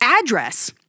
address